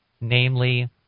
namely